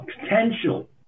potential